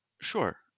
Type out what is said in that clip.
Sure